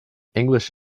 english